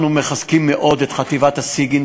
אנחנו מחזקים מאוד את חטיבת הסיגינט,